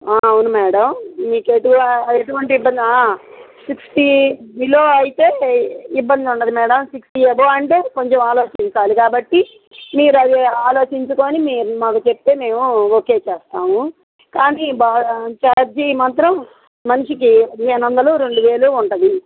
అవును మ్యాడమ్ మీకు ఎటు ఎటువంటి ఇబ్బంది సిక్స్టీ బిలో అయితే ఇబ్బంది ఉండదు మ్యాడమ్ సిక్స్టీ అబోవ్ అంటే కొంచెం ఆలోచించాలి కాబట్టి మీరు అవి ఆలోచించుకొని మీరు మాకు చెప్తే మేము ఓకే చేస్తాము కానీ చార్జీ మాత్రం మనిషికి పదిహేను వందలు రెండు వేలు ఉంటుంది